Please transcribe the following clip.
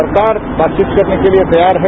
सरकार बातचीत करने के लिए तैयार है